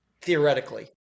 theoretically